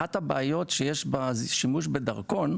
אחת הבעיות שיש בשימוש בדרכון,